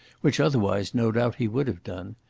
which otherwise, no doubt, he would have done.